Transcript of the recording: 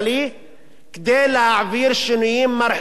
כדי להעביר שינויים מרחיקי לכת